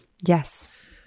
Yes